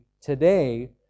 Today